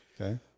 Okay